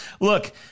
look